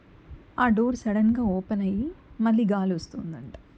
ఆ డోర్ సడన్గా ఓపెన్ అయ్యి మళ్ళీ గాలొస్తుందంట